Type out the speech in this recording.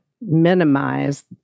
minimize